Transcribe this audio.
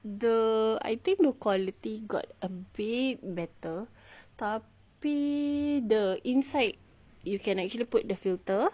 the I think the quality got a bit better tapi the inside you can actually put the filter